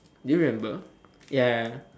do you remember ya ya ya